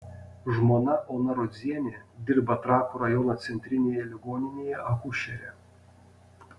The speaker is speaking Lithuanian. žmona ona rudzienė dirba trakų rajono centrinėje ligoninėje akušere